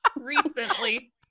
recently